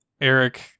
Eric